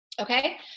Okay